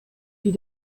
die